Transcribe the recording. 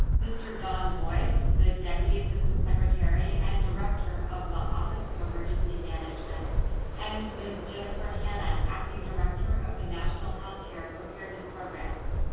mr. don boyce, the deputy assistant secretary and director of the office of emergency management and ms. jennifer hannah, acting director of the national healthcare preparedness programs,